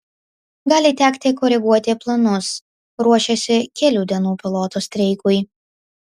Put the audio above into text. gali tekti koreguoti planus ruošiasi kelių dienų pilotų streikui